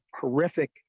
horrific